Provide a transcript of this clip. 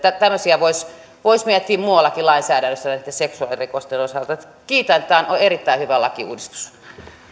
tämmöisiä voisi voisi miettiä muuallakin lainsäädännössä näiden seksuaalirikosten osalta kiitän tämä on erittäin hyvä lakiuudistus